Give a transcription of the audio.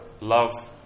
Love